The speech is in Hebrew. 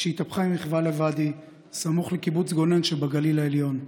כשהתהפכה עם רכבה לוואדי סמוך לקיבוץ גונן שבגליל העליון.